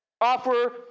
offer